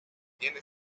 tiene